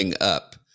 up